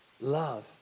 Love